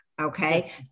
Okay